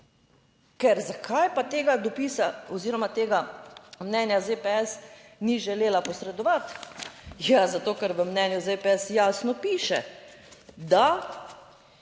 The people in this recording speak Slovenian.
ker zakaj pa tega dopisa oziroma tega mnenja ZPS ni želela posredovati? Ja, zato, ker v mnenju ZPS jasno piše, da